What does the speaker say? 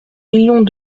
millions